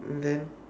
then